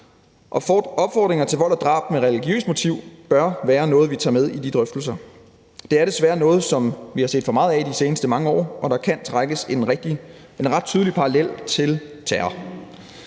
Opfordringer til vold og drab med religiøst motiv bør være noget, vi tager med i de drøftelser. Det er desværre noget, som vi har set for meget af i de seneste mange år, og der kan trækkes en ret tydelig parallel til terror.